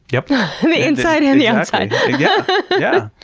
yep. but the inside and the outside yeah!